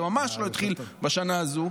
זה ממש לא התחיל בשנה הזו,